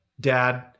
Dad